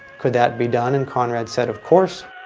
could that be done? and conrad said, of course.